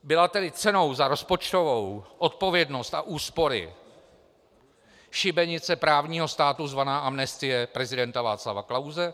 Byla tedy cenou za rozpočtovou odpovědnost a úspory šibenice právního státu, zvaná amnestie prezidenta Václava Klause?